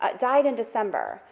ah died in december,